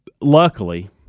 luckily